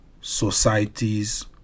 societies